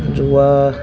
যোৱা